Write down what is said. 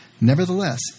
Nevertheless